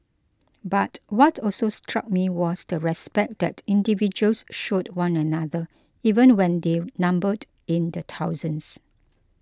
but what also struck me was the respect that individuals showed one another even when they numbered in the thousands